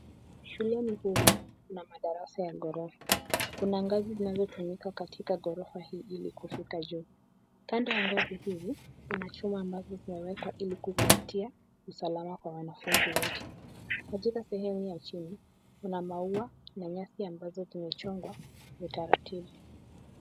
Shuleni humu kuna madarasa ya ghorofa. Kuna ngazi zinazotumika katika ghorofa hii ilikufika juu. Kando ya ngazi hii kuna chuma zilizowekwa kuzingatia usalama kwa wanafunzi wote. Katika sehemu ya chini kuna maua na nyasi ambazo zimechongwa kwa taratibu.